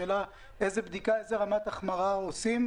איזה רמת החמרה עושים?